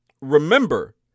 Remember